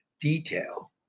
detail